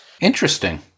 Interesting